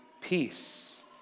peace